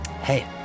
Hey